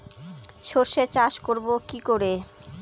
সর্ষে চাষ করব কি করে?